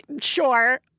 Sure